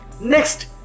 Next